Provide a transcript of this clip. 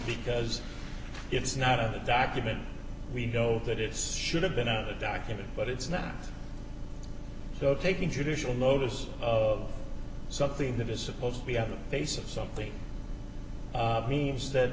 because it's not a document we know that it's should have been a document but it's not so taking judicial notice of something that is supposed to be on the face of something means that